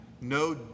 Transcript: No